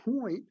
point